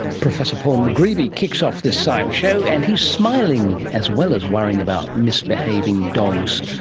professor paul mcgreevy kicks off this science show, and he's smiling, as well as worrying about misbehaving dogs.